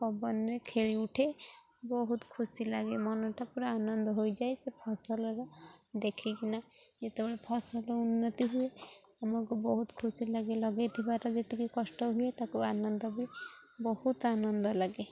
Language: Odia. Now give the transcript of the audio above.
ପବନରେ ଖେଳି ଉଠେ ବହୁତ ଖୁସି ଲାଗେ ମନଟା ପୁରା ଆନନ୍ଦ ହୋଇଯାଏ ସେ ଫସଲର ଦେଖିକିନା ଯେତେବେଳେ ଫସଲ ଉନ୍ନତି ହୁଏ ଆମକୁ ବହୁତ ଖୁସି ଲାଗେ ଲଗେଇଥିବାର ଯେତିକି କଷ୍ଟ ହୁଏ ତାକୁ ଆନନ୍ଦ ବି ବହୁତ ଆନନ୍ଦ ଲାଗେ